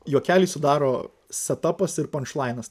juokelį sudaro setapas ir pančlainas